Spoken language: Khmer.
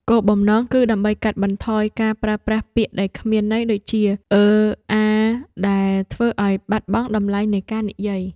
គោលបំណងគឺដើម្បីកាត់បន្ថយការប្រើប្រាស់ពាក្យដែលគ្មានន័យ ដូចជា "អឺ..." "អា..." ដែលធ្វើឱ្យបាត់បង់តម្លៃនៃការនិយាយ។